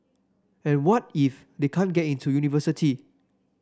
and what if they can't get into university